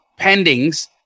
pendings